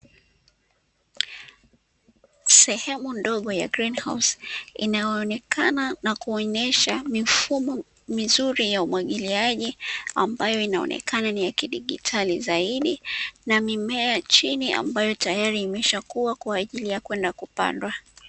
Sehemu ndogo ya grini hausi inayoonekana na kuonyesha mifumo mizuri ya umwagiliaji, ambayo inaonekana ni ya kidigitali zaidi, na mimea chini ambayo tayari imeshakua kwaajili ya kwenda kupandwa.